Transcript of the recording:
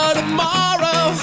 tomorrow